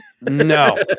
no